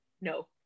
no